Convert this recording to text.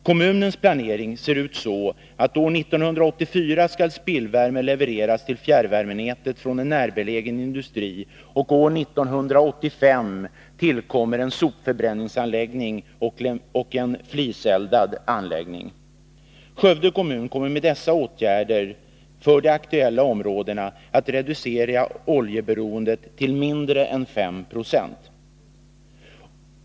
Kommunens planering ser ut så, att år 1984 skall spillvärme levereras till fjärrvärmenätet från en närbelägen industri, och år 1985 tillkommer en sopförbränningsanläggning och en fliseldad anläggning. Skövde kommun kommer med dessa åtgärder för de aktuella områdena att reducera oljeberoendet till mindre än 5 90.